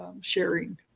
sharing